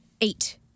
Eight